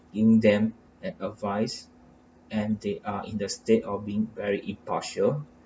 giving them an advice and they are in the state of being very impartial